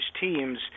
teams